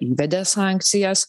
įvedė sankcijas